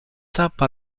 tappa